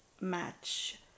match